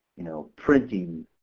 you know printing,